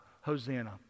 Hosanna